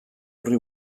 horri